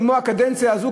כמו בקדנציה הזאת,